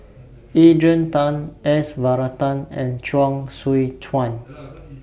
Adrian Tan S Varathan and Chuang Tsuan